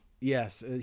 Yes